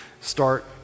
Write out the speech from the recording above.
start